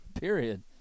Period